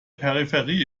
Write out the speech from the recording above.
peripherie